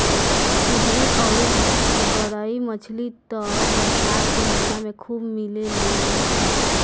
सिधरी अउरी गरई मछली त बरसात के महिना में खूब मिलेली सन